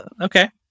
Okay